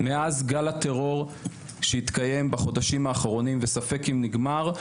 מאז גל הטרור שהתקיים בחודשים האחרונים וספק אם נגמר.